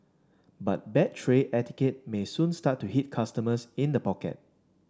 but bad tray etiquette may soon start to hit customers in the pocket